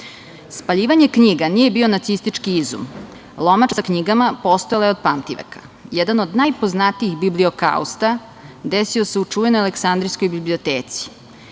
građana? Spaljivanje knjiga nije bio nacistički izum. Lomača sa knjigama postojala je od pamtiveka. Jedan od najpoznatijih bibliokausta desio se u čuvenoj Aleksasndrijskoj biblioteci